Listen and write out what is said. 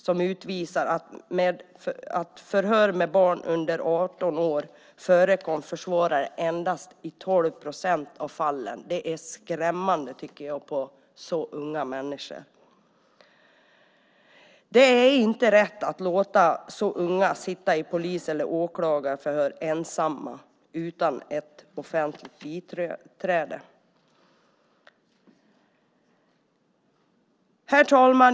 Den visar att vid förhör med barn under 18 år förekom försvarare endast i 12 procent av fallen. Det är skrämmande, tycker jag, när det handlar om så unga människor. Det är inte rätt att låta så unga människor sitta i polis eller åklagarförhör ensamma utan ett offentligt biträde. Herr talman!